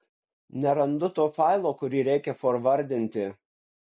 nerandu to failo kurį reikia forvardinti